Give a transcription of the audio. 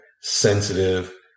sensitive